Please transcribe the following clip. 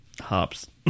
Hops